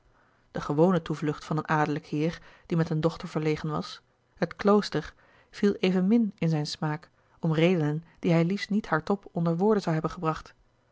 de gewone toevlucht van een adellijk heer die met eene dochter verlegen was het klooster viel evenmin in zijnen smaak om redenen die hij liefst niet hardop onder woorden zou hebben gebracht